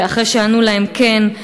ואחרי שענו להם "כן",